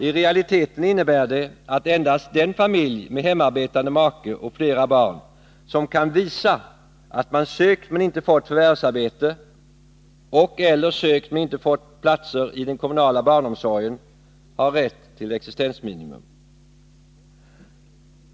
I realiteten innebär det att endast den familj med hemarbetande make och flera barn som kan visa att man sökt men inte fått förvärvsarbete och/eller sökt men inte fått platser i den kommunala barnomsorgen har rätt till existensminimum.